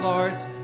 Lords